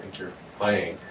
you're laying,